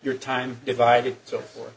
your time divided so or